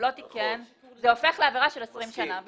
לא תיקן - זה הופך לעבירה של 20 שנים.